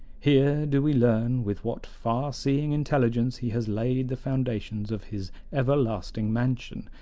here do we learn with what far-seeing intelligence he has laid the foundations of his everlasting mansion,